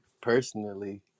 personally